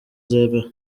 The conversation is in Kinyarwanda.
zemewe